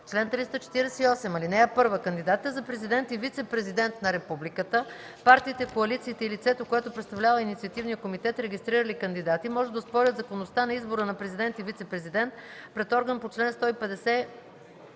Чл. 348. (1) Кандидатите за президент и вицепрезидент на републиката, партиите, коалициите и лицето, което представлява инициативния комитет, регистрирали кандидати, може да оспорят законността на избора на президент и вицепрезидент пред орган по чл. 150